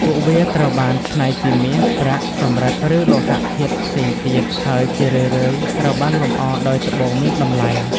ពួកវាត្រូវបានច្នៃពីមាស ប្រាក់ សំរឹទ្ធិ ឬលោហៈធាតុផ្សេងទៀត ហើយជារឿយៗត្រូវបានលម្អដោយត្បូងមានតម្លៃ។